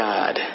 God